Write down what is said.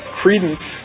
credence